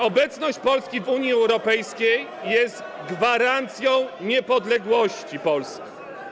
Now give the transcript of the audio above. Obecność Polski w Unii Europejskiej jest gwarancją niepodległości Polski.